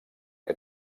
que